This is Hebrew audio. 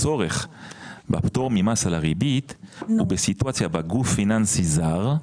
הצורך בפטור ממס על הריבית הוא בסיטואציה שבגוף פיננסי זר,